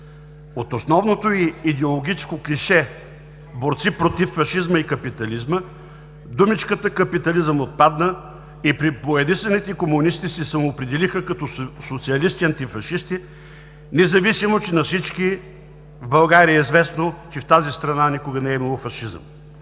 От основното й идеологическо клише „борци против фашизма и капитализма“ думичката „капитализъм“ отпадна и пребоядисаните комунисти се самоопределиха като социалисти, антифашисти независимо, че на всички в България е известно, че в тази страна никога не е имало фашизъм.